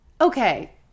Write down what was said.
okay